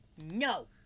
No